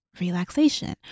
relaxation